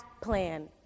plan